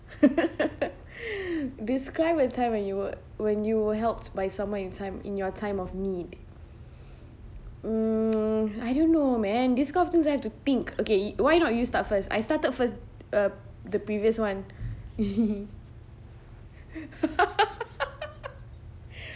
describe a time when you were when you were helped by someone in time in your time of need mm I don't know man this kind of things I have to think okay why not you start first I started first uh the previous one